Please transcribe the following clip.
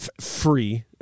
free